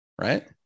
right